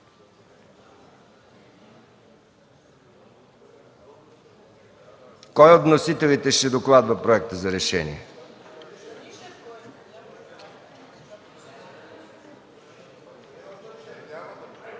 Кой от вносителите ще докладва проекта за решение?